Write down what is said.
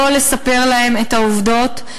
לא לספר להם את העובדות,